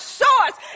source